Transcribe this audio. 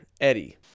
Eddie